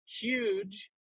huge